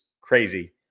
crazy